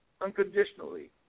Unconditionally